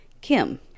Kim